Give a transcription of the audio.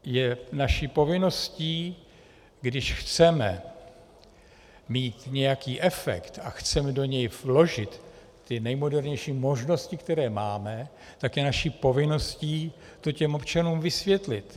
Je naší povinností, když chceme mít nějaký efekt a chceme do něj vložit nejmodernější možnosti, které máme, tak je naší povinností to těm občanům vysvětlit.